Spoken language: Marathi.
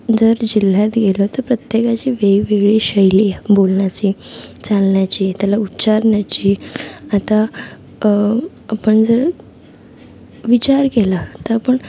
जर जिल्ह्यात गेलो तर प्रत्येकाची वेगवेगळी शैली आहे बोलण्याची चालण्याची त्याला उच्चारण्याची आता आपण जर विचार केला तर आपण